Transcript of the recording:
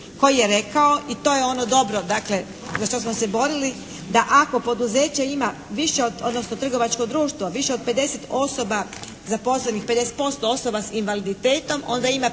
koji je rekao i to je ono dobro, dakle za što smo se borili, da ako poduzeće ima više od, odnosno trgovačko društvo više od 50 osoba zaposlenih, 50% osoba sa invaliditetom onda ima